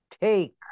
take